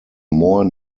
more